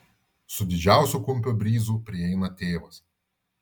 su didžiausiu kumpio bryzu prieina tėvas